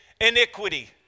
iniquity